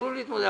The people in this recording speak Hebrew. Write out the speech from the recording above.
תוכלו להתמודד.